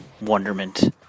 wonderment